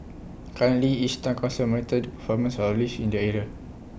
currently each Town Council monitored performance of lifts in their area